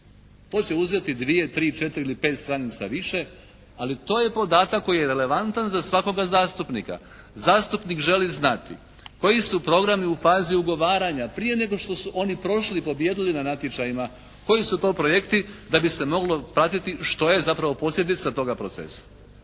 To će uzeti dvije, tri, četiri ili pet stranica više ali to je podatak koji je relevantan za svakoga zastupnika. Zastupnik želi znati koji su programi u fazi ugovaranja prije nego što su oni prošli, pobijedili na natječajima. Koji su to projekti da bi se moglo pratiti što je zapravo posljedica toga procesa.